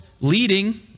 leading